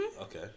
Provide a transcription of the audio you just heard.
Okay